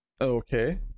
Okay